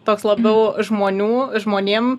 toks labiau žmonių žmonėm